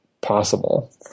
possible